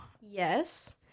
Yes